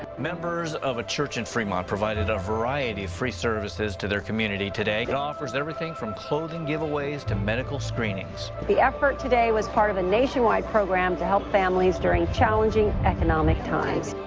members of a church in fremont provided a variety of free services to their community today. it offers everything from clothing giveaways to medical screenings. the effort today was part of a nationwide program to help families during challenging economic times.